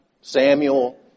Samuel